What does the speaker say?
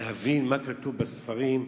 להבין מה כתוב בספרים,